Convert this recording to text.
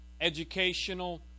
educational